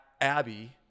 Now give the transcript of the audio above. Abby